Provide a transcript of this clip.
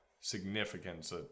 significance